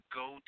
go